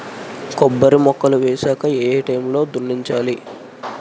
కొబ్బరి మొక్కలు వేసాక ఏ ఏ టైమ్ లో దున్నించాలి?